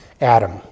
Adam